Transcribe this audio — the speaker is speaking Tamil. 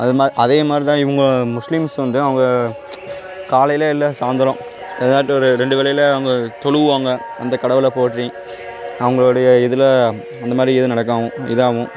அதுமாரி அதேமாதிரிதான் இவங்க முஸ்லீம்ஸ் வந்து அவங்க காலையில் இல்லை சாய்ந்தரம் எதாட்டும் ஒரு ரெண்டு வேளையில் அவங்க தொழுவாங்க அந்தக் கடவுளை போற்றி அவங்களுடைய இதில் அந்தமாதிரி எதுவும் நடக்காவும் இதாகவும்